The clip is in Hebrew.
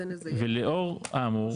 ולאור האמור,